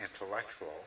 intellectual